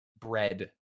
bread